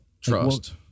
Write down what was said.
Trust